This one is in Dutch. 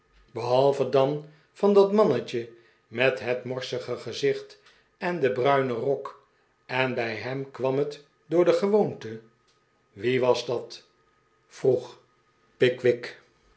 behalve dan van dat mannetje met het morsige gezicht en den bruinen rok en bij hem kwam het door de gewoonte wie was dat vroeg pickwick